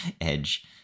edge